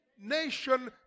nation